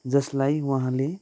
जसलाई उहाँले